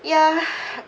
ya